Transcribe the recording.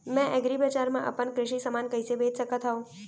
मैं एग्रीबजार मा अपन कृषि समान कइसे बेच सकत हव?